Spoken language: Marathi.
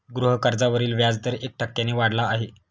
गृहकर्जावरील व्याजदर एक टक्क्याने वाढला आहे